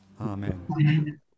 Amen